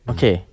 Okay